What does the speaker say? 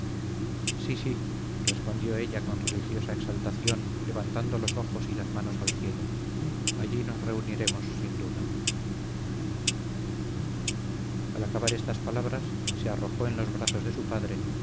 respondió ella con religiosa exaltación levantando los ojos y las manos al cielo allí nos reuniremos sin duda al acabar estas palabras se arrojó en los brazos de su padre